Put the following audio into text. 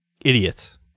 Idiots